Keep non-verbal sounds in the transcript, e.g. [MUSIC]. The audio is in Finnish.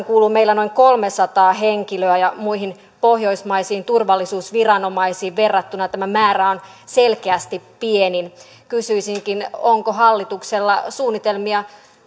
[UNINTELLIGIBLE] kuuluu meillä noin kolmesataa henkilöä muihin pohjoismaisiin turvallisuusviranomaisiin verrattuna tämä määrä on selkeästi pienin kysyisinkin onko hallituksella suunnitelmia